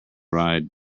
ride